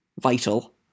vital